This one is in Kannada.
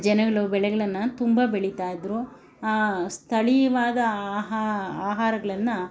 ಜನಗಳು ಬೆಳೆಗಳನ್ನು ತುಂಬ ಬೆಳಿತಾ ಇದ್ದರು ಸ್ಥಳೀಯವಾದ ಆಹಾರ ಆಹಾರಗಳನ್ನ